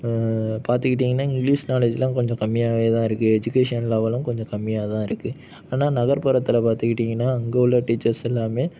பார்த்துக்கிட்டீங்கனா English நாலேஜ்யெலாம் கொஞ்சம் கம்மியாகவே தான் இருக்குது எஜுகேஷன் லெவலும் கொஞ்சம் கம்மியாகதான் இருக்குது ஆனால் நகர்புறத்தில் பார்த்துக்கிட்டீங்கனா அங்கே உள்ள டீச்சர்ஸ் எல்லாமே